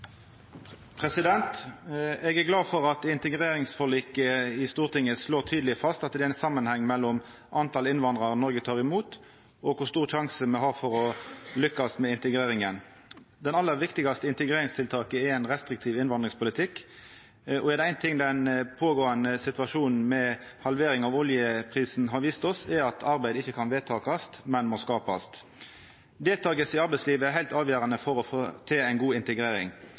Eg er glad for at integreringsforliket i Stortinget slår tydeleg fast at det er ein samanheng mellom talet på innvandrarar Noreg tek imot, og kor stor sjanse me har for å lykkast med integreringa. Det aller viktigaste integreringstiltaket er ein restriktiv innvandringspolitikk, og er det ein ting den noverande situasjonen med halvering av oljeprisen har vist oss, er det at arbeid ikkje kan vedtakast, men må skapast. Deltaking i arbeidslivet er heilt avgjerande for å få til ei god integrering.